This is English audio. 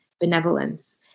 benevolence